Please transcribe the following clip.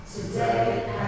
today